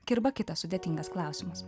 kirba kitas sudėtingas klausimas